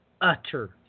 utter